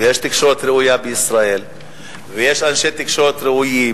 ויש תקשורת ראויה בישראל ויש אנשי תקשורת ראויים